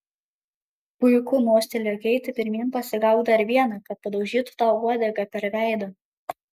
puiku mostelėjo keitė pirmyn pasigauk dar vieną kad padaužytų tau uodega per veidą